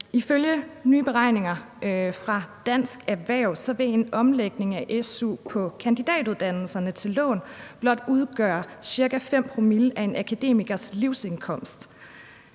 Ifølge nye beregninger fra Dansk Erhverv vil en omlægning af su på kandidatuddannelserne til lån blot udgøre ca. 5 promille af en akademikers livsindkomst.